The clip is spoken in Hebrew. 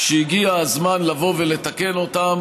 והגיע הזמן לבוא ולתקן אותו.